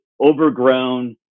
overgrown